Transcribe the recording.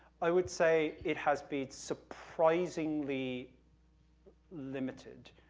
i would say it has been surprisingly limited,